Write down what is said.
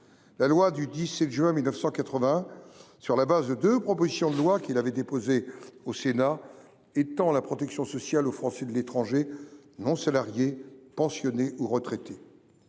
La loi du 17 juin 1980, sur le fondement de deux propositions de loi qu’il avait déposées au Sénat, étend la protection sociale aux Français de l’étranger non salariés, pensionnés ou retraités.